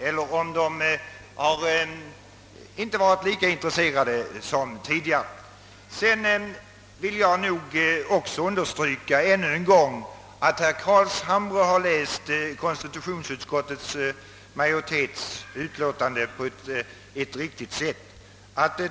Sedan vill jag ännu en gång understryka att herr Carlshamre har läst konstitutionsutskottets majoritets utlåtande på ett riktigt sätt.